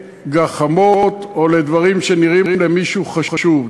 לגחמות או לדברים שנראים למישהו חשובים.